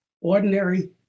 ordinary